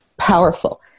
powerful